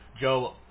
Joe